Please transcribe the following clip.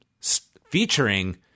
featuring